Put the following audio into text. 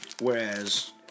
Whereas